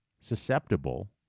susceptible